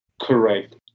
Correct